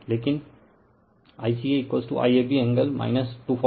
तो IAB रखते हैं लेकिन ICA IAB एंगल 240o